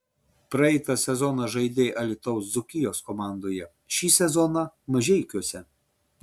praeitą sezoną žaidei alytaus dzūkijos komandoje šį sezoną mažeikiuose